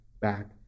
back